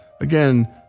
Again